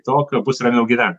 tokio bus ramiau gyvent